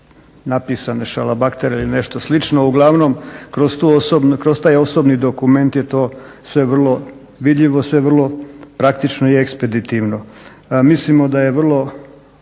napisane šalabahtere ili nešto slično. Uglavnom, kroz taj osobni dokument je to sve vrlo vidljivo, sve vrlo praktično i ekspeditivno. Mislimo da je vrlo